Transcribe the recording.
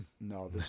no